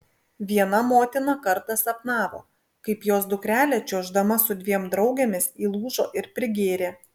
viena motina kartą sapnavo kaip jos dukrelė čiuoždama su dviem draugėmis įlūžo ir prigėrė